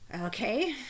Okay